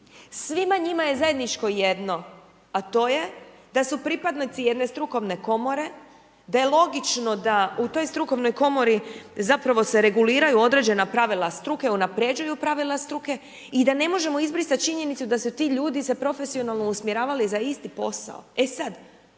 Svima njima je zajedničko jedno, a to je da su pripadnici jedne strukovne Komore, da je logično da u toj strukovnoj Komori zapravo se reguliraju određena pravila struke, unapređuju pravila struke, i da ne možemo izbrisat činjenicu da su se ti ljudi profesionalno usmjeravali za isti posao. E sad,